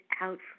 out